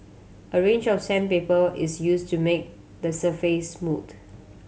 a range of sandpaper is used to make the surface smooth